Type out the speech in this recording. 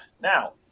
Now